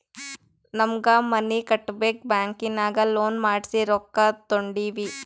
ನಮ್ಮ್ಗ್ ಮನಿ ಕಟ್ಟಾಕ್ ಬ್ಯಾಂಕಿನಾಗ ಲೋನ್ ಮಾಡ್ಸಿ ರೊಕ್ಕಾ ತೊಂಡಿವಿ